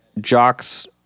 jocks